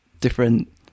different